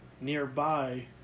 nearby